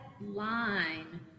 line